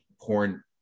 porn